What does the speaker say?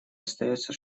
остаётся